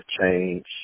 change